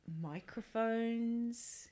Microphones